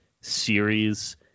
series